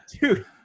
dude